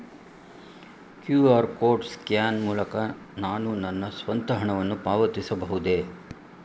QR code scan ಮೂಲಕ ನಾನು ನನ್ನ ಸ್ವಂತ ಹಣವನ್ನು ಪಾವತಿಸಬಹುದೇ?